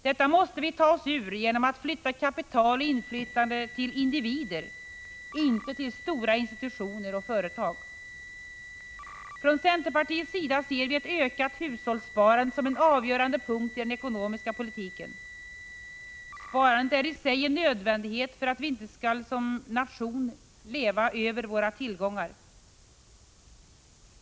Detta måste vi ta oss ur genom att flytta kapital och inflytande till individer, inte till stora institutioner och företag. Från centerpartiets sida ser vi ett ökat hushållssparande som en avgörande punkt i den ekonomiska politiken. Sparandet är i sig en nödvändighet för att vi som nation inte skall leva över våra tillgångar.